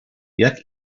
jak